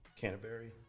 canterbury